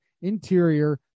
Interior